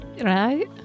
Right